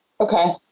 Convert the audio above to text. Okay